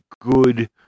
good